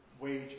wage